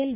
L